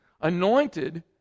anointed